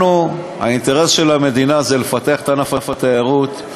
האינטרס של המדינה הוא לפתח את ענף התיירות.